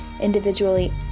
individually